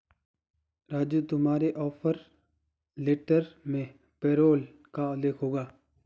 राजू तुम्हारे offer letter में payroll का उल्लेख होगा